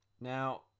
Now